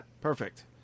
perfect